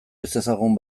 ezezagun